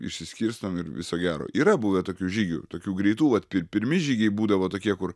išsiskirstom ir viso gero yra buvę tokių žygių tokių greitų vat ir pirmi žygiai būdavo tokie kur